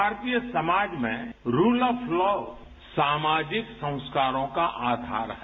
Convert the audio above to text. भारतीय समाज में रूल ऑफ लॉ सामाजिक संस्कारों का आधार है